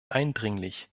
eindringlich